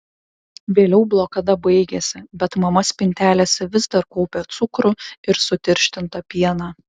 vėliau blokada baigėsi bet mama spintelėse vis dar kaupė cukrų ir sutirštintą pieną